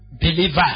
believer